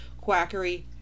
quackery